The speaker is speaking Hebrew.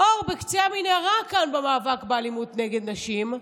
שהוא כמו אור בקצה המנהרה כאן במאבק באלימות נגד נשים.